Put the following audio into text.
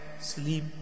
sleep